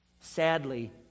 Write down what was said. Sadly